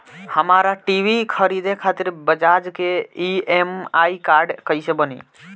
हमरा टी.वी खरीदे खातिर बज़ाज़ के ई.एम.आई कार्ड कईसे बनी?